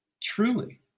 Truly